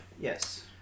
Yes